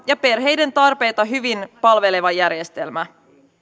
ja perheiden tarpeita hyvin palveleva järjestelmä